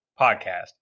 podcast